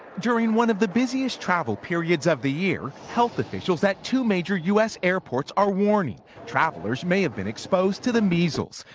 during one of the busiest travel periods of the year, health officials at two major u s. airports are warning travellers may have been exposed to the measles.